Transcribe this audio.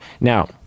Now